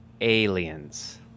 aliens